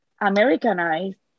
Americanized